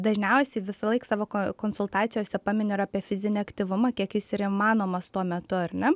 dažniausiai visąlaik savo ko konsultacijose paminiu ir apie fizinį aktyvumą kiek jis ir įmanomas tuo metu ar ne